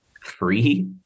free